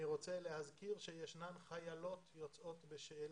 אני רוצה להזכיר שיש חיילות יוצאות בשאלה.